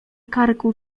karku